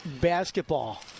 basketball